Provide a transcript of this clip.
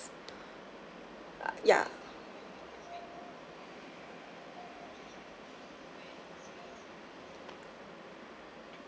ah ya